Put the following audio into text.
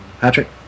Patrick